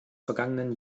vergangenen